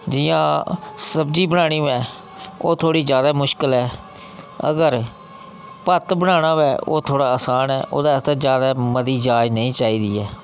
जि'यां सब्जी बनानी होऐ ओह् थोह्ड़ी जादै मुश्कल ऐ अगर भत्त बनाना होऐ ओह् थोह्ड़ा आसान ऐ ओह्दे आस्तै जादै मती जाच नेईं चाहिदी ऐ